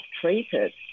treated